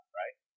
right